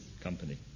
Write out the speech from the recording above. company